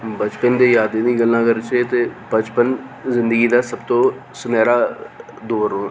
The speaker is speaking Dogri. बचपन दी यादें दियां गल्लां करचै ते बचपन जिंदगी दा सबतों सुनैहरा दौर